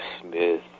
Smith